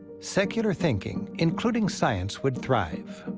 secular thinking, including science, would thrive.